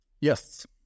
Yes